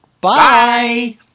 Bye